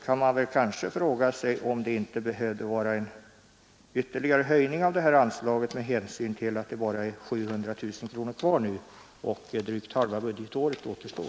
Man kan också fråga sig om det inte skulle behövas en ytterligare höjning av det här anslaget med hänsyn till att det bara är 700 000 kronor kvar och drygt halva budgetåret återstår.